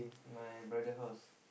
my brother house